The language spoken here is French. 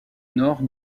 nord